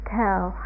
tell